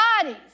bodies